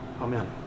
Amen